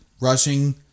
rushing